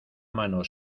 mano